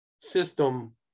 system